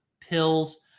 pills